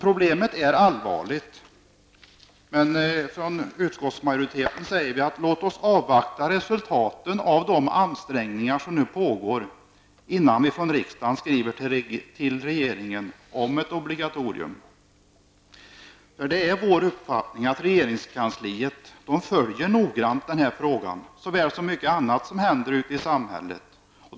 Problemet är allvarligt, men utskottsmajoriteten säger: Låt oss avvakta resultatet av de ansträngningar som nu görs innan vi från riksdagen skriver till regeringen om ett obligatorium! Det är vår uppfattning att man i regeringskansliet följer den här frågan noggrant, likaväl som mycket annat som händet ute i samhället.